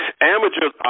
Amateurs